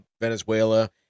Venezuela